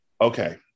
okay